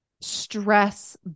stress